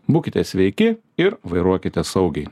būkite sveiki ir vairuokite saugiai